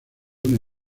una